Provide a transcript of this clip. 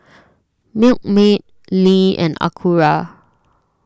Milkmaid Lee and Acura